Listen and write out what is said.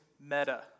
meta